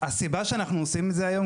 הסיבה שאנחנו עושים את זה היום,